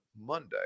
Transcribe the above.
Monday